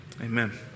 Amen